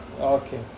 Okay